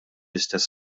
istess